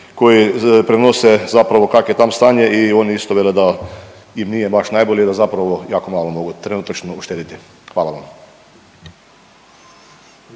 koji prenose zapravo kak' je tam stanje i oni isto vele da im nije baš najbolje, da zapravo jako malo mogu trenutačno uštediti. Hvala vam.